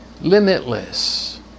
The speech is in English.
limitless